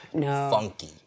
funky